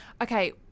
Okay